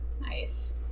Nice